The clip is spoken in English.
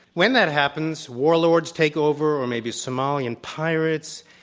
when that happens, warlords take over or maybe somalian pirates,